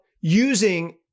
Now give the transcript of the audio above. using